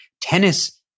tennis